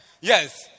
Yes